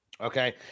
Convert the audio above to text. Okay